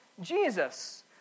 Jesus